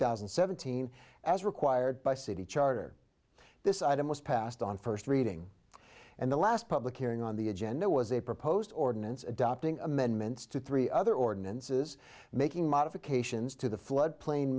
thousand and seventeen as required by city charter this item was passed on first reading and the last public hearing on the agenda was a proposed ordinance adopting amendments to three other ordinances making modifications to the floodplain